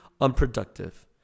unproductive